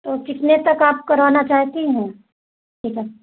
तो कितने तक आप कराना चाहती हैं टिकट